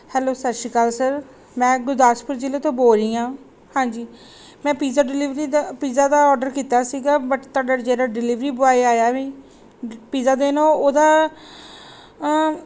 hello ਸਤਿ ਸ਼੍ਰੀ ਅਕਾਲ ਸਰ ਮੈਂ ਗੁਰਦਾਸਪੁਰ ਜ਼ਿਲ੍ਹੇ ਤੋਂ ਬੋਲ ਰਹੀ ਹਾਂ ਹਾਂਜੀ ਮੈਂ ਪੀਜ਼ਾ ਡਿਲੀਵਰੀ ਦਾ ਪੀਜ਼ਾ ਦਾ ਔਡਰ ਕੀਤਾ ਸੀਗਾ ਬਟ ਤੁਹਾਡਾ ਜਿਹੜਾ ਡਿਲੀਵਰੀ ਬੁਆਏ ਆਇਆ ਵੀ ਪੀਜ਼ਾ ਦੇਣ ਉਹ ਉਹਦਾ